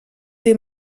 des